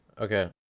Okay